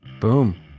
Boom